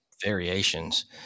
variations